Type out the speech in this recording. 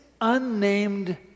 unnamed